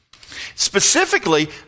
Specifically